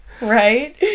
Right